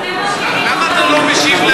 לא משתיקים אתכם, למה, למה אתה לא משיב לעניין?